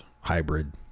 hybrid